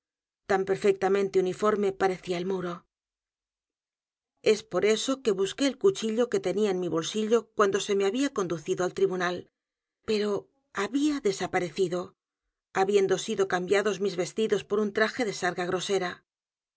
tan perfectamente uniforme parecía el muro es por eso que busqué el cuchillo que tenía en mi bolsillo cuando se mehabía conducido al t r i b u n a l pero edgar poe novelas y cuentos había desaparecido habiendo sido cambiados mis vestidos por un traje de